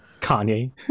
kanye